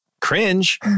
Cringe